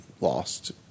lost